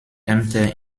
ämter